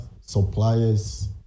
suppliers